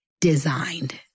designed